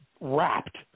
wrapped